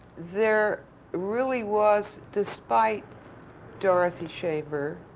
there really was, despite dorothy shaver,